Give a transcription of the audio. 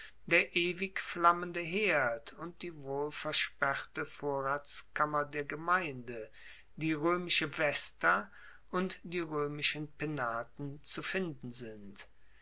der ewig flammende herd und die wohlversperrte vorratskammer der gemeinde die roemische vesta und die roemischen penaten zu finden sind